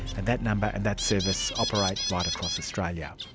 and that number and that service operate right across australia